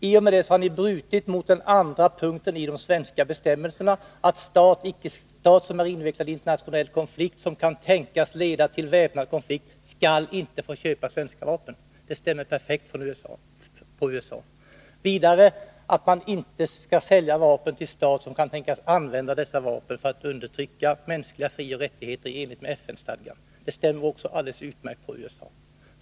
I och med detta har ni brutit mot den andra punkten i de svenska vapenexportbestämmelserna, som säger att stat som är invecklad i internationell konflikt som kan tänkas leda till väpnad konflikt inte skall få köpa svenska vapen. Det stämmer perfekt på USA. Vidare skall Sverige inte sälja vapen till stat som kan tänkas använda dessa vapen för att undertrycka mänskliga frioch rättigheter i enlighet med FN-stadgan. Det stämmer också alldeles utmärkt på USA.